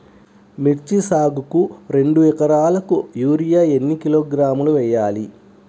మిర్చి సాగుకు రెండు ఏకరాలకు యూరియా ఏన్ని కిలోగ్రాములు వేయాలి?